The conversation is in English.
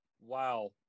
Wow